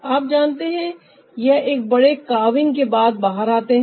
आप जानते हैं यह एक बड़े कार्विंग के बाद बाहर आते हैं